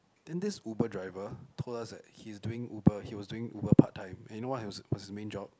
then this Uber driver told us that he's doing Uber he was doing Uber part time and you know what he was was his main job